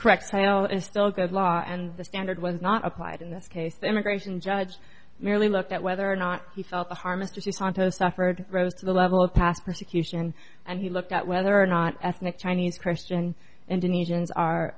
correct sail is still good law and the standard was not applied in this case the immigration judge merely looked at whether or not he felt the harm is due to santos suffered rose to the level of past persecution and he looked at whether or not ethnic chinese christian indonesians are